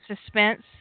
suspense